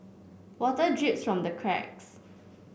water drips from the cracks